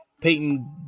Peyton